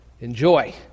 enjoy